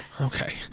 Okay